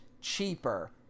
cheaper